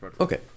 okay